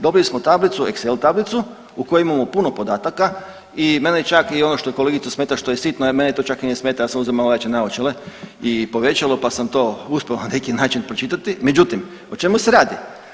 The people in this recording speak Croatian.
Dobili smo tablicu, excel tablicu u kojoj imamo puno podataka i mene čak i ono što kolegicu smeta što je sitno, mene to čak ni ne smeta ja sam uzeo malo jače naočale i povećalo pa sam to uspio na neki način pročitati, međutim o čemu se radi.